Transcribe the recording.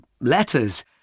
letters